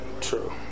True